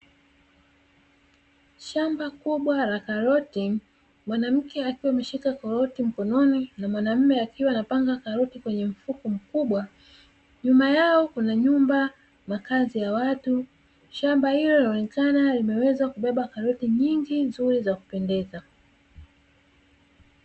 Shamba kubwa la karoti mwanamke akiwa ameshika karoti mkononi na mwanaume akiwa anapanga karoti kwenye mfuko mkubwa, nyuma yao kuna nyumba makazi ya watu shamba hili linaonekana limeweza kubeba karoti nyingi nzuri za kupendeza.